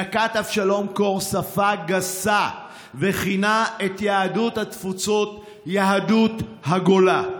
נקט אבשלום קור שפה גסה וכינה את יהדות התפוצות "יהדות הגולה".